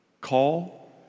call